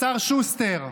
השר שוסטר,